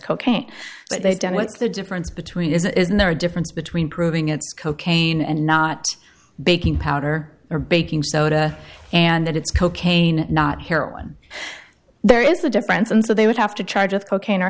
cocaine but they don't what's the difference between isn't there a difference between proving it's cocaine and not baking powder or baking soda and that it's cocaine not heroin there is a difference and so they would have to charge of cocaine or